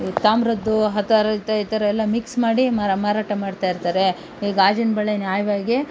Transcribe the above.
ಈ ತಾಮ್ರದ್ದು ಆ ಥರ ಈ ತ್ ಈ ಥರ ಎಲ್ಲ ಮಿಕ್ಸ್ ಮಾಡಿ ಮಾರ ಮಾರಾಟ ಮಾಡ್ತಾ ಇರ್ತಾರೆ ಈ ಗಾಜಿನ ಬಳೆ ನ್ಯಾಯವಾಗಿ